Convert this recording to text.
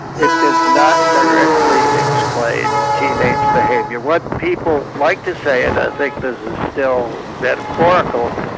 it does not directly explain teenage behaviour. what people like to say, and i think this is still metaphorical,